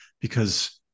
because-